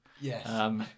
Yes